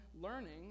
learning